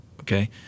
Okay